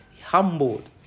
humbled